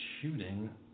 shooting